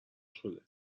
شده